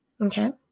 Okay